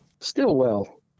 Stillwell